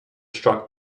struck